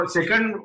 Second